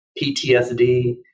PTSD